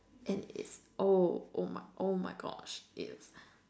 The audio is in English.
and its oh oh my oh my gosh it's